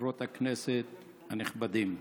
וחברות הכנסת הנכבדים,